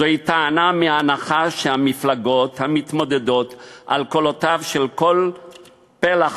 זוהי טענה מההנחה שהמפלגות המתמודדות על קולותיו של כל פלח